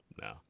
No